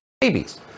babies